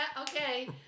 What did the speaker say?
okay